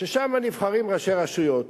ששם נבחרים ראשי רשויות.